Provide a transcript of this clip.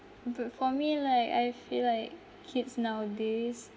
but for me like I feel like kids nowadays